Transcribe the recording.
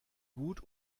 gut